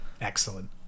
Excellent